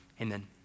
Amen